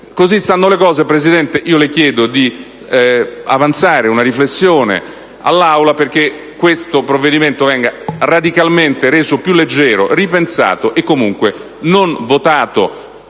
Così stando le cose, signor Presidente, le chiedo di avanzare una riflessione all'Aula perché questo provvedimento venga reso radicalmente più leggero, ripensato e, comunque, non votato